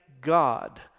God